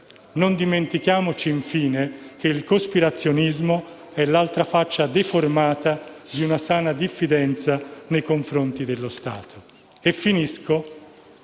Non dimentichiamo, infine, che il cospirazionismo è l'altra faccia, deformata, di una sana diffidenza nei confronti dello Stato. Per finire,